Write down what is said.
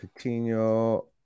Coutinho